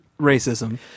racism